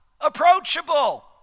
approachable